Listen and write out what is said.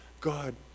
God